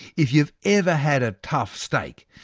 if you've ever had a tough steak,